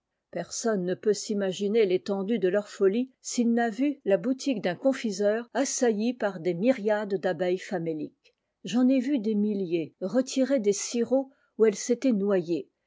persanne ne peut s'imaginer l'étendue de leur folie s l'a vu la boutique d'un confiseur assaillie p des myriades d'abeilles faméliques j'en ai v es milliers retirées des sirops oii elles